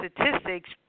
statistics